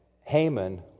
Haman